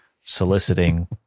soliciting